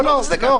לא, זה רק